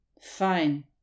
Fine